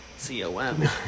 C-O-M